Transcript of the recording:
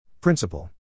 Principle